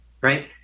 right